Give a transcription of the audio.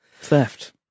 Theft